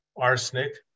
arsenic